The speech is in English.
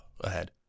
ahead